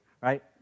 right